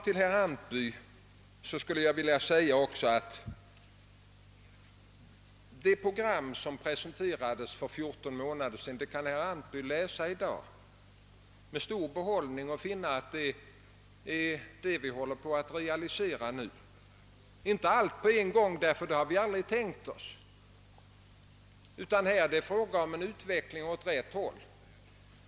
Till herr Antby vill jag säga att det program som presenterades för 14 månader sedan kan herr Antby i dag läsa med stor behållning och finna att detta är vad vi håller på att realisera nu. Inte allt på en gång. Det har vi aldrig tänkt oss. Det är fråga om en utveckling åt rätt håll.